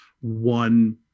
one